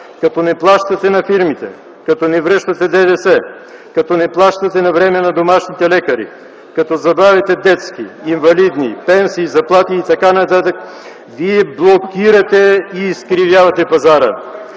Като не плащате на фирмите, като не връщате ДДС, като не плащате навреме на домашните лекари, като забавяте детски, инвалидни, пенсии, заплати и така нататък, вие блокирате и изкривявате пазара.